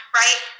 right